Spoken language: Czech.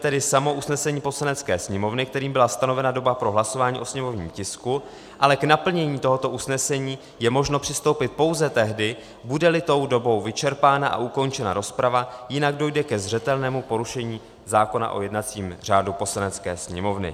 Nezpochybňujeme tedy samo usnesení Poslanecké sněmovny, kterým byla stanovena doba pro hlasování o sněmovním tisku, ale k naplnění tohoto usnesení je možno přistoupit pouze tehdy, budeli tou dobou vyčerpána a ukončena rozprava, jinak dojde ke zřetelnému porušení zákona o jednacím řádu Poslanecké sněmovny.